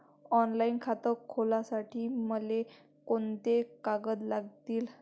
Online खातं खोलासाठी मले कोंते कागद लागतील?